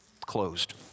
closed